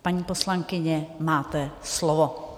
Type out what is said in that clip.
Paní poslankyně, máte slovo.